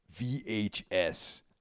vhs